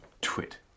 Twit